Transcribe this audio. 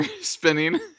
spinning